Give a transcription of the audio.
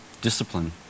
discipline